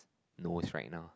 knows right now